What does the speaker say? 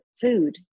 food